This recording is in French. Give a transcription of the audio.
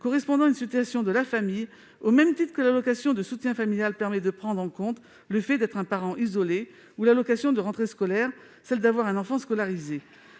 correspondant à une situation de la famille, au même titre que l'allocation de soutien familial permet de prendre en compte le fait d'être un parent isolé ou que l'allocation de rentrée scolaire permet de tenir compte